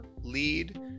lead